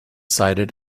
cited